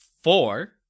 four